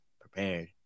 prepared